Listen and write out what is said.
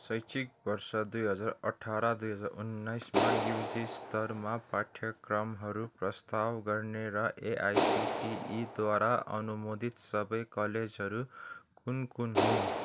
शैक्षिक वर्ष दुई हजार अठार दुई हजार उन्नाइसमा युजी स्तरमा पाठ्यक्रमहरू प्रस्ताव गर्ने र एआइसिटिईद्वारा अनुमोदित सबै कलेजहरू कुन कुन हुन्